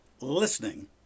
listening